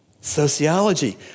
Sociology